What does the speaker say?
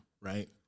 right